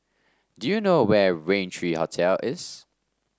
do you know where Rain three Hotel is